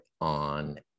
on